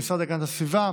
המשרד להגנת הסביבה,